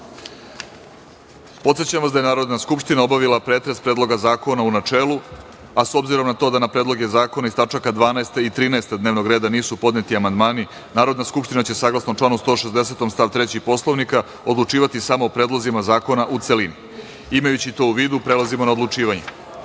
godinu. Podsećam vas da je Narodna skupština obavila pretres predloga zakona u načelu, a s obzirom na to da na predloge zakona iz tačaka 12. i 13. dnevnog reda nisu podneti amandmani, Narodna skupština će, saglasno članu 160. stav 3. Poslovnika, odlučivati samo o predlozima zakona u celini. Imajući to u vidu, prelazimo na odlučivanje. Dvanaesta